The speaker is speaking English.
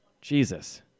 Jesus